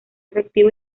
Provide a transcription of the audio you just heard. efectivo